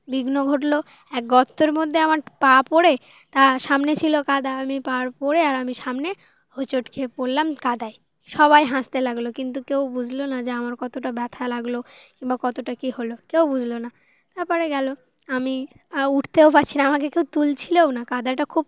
বিঘ্ন ঘটলো এক গর্তর মধ্যে আমার পা পড়ে তা সামনে ছিল কাদা আমি পা পড়ে আর আমি সামনে হোঁচট খেয়ে পড়লাম কাদায় সবাই হাসতে লাগলো কিন্তু কেউ বুঝলো না যে আমার কতটা ব্যথা লাগলো কিংবা কতটা কী হলো কেউ বুঝলো না তারপরে গেল আমি উঠতেও পারছি না আমাকে কেউ তুলছিলও না কাদাটা খুব